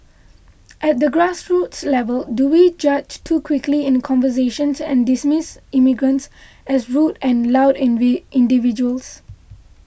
at the grassroots level do we judge too quickly in conversations and dismiss immigrants as rude and loud individuals